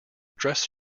dress